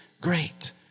great